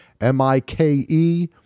M-I-K-E